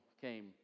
came